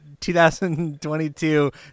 2022